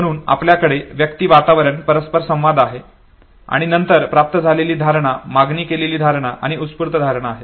म्हणून आपल्याकडे व्यक्ती वातावरण परस्पर संवाद आहे आणि नंतर प्राप्त झालेली धारणा मागणी केलेली धारणा आणि उत्स्फूर्त धारणा आहे